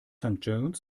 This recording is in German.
john’s